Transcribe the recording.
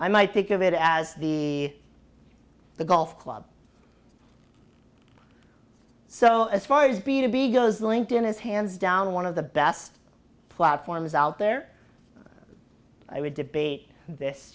i might think of it as the the golf club so as far as being to be does linked in is hands down one of the best platforms out there i would debate this